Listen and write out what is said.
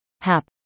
HAP